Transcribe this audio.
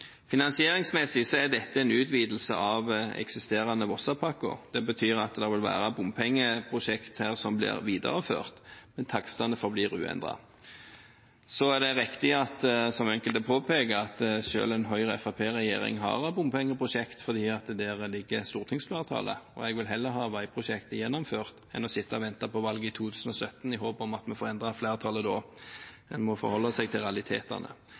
Finansieringsmessig er dette en utvidelse av eksisterende Vossapakko. Det betyr at det vil være bompengeprosjekter her som blir videreført, men takstene forblir uendret. Det er riktig som enkelte påpeker, at selv en Høyre–Fremskrittsparti-regjering har bompengeprosjekter, for der ligger stortingsflertallet. Jeg vil heller få veiprosjekter gjennomført enn å sitte og vente på valget i 2017, i håp om at vi da får endret flertallet. En må forholde seg til realitetene.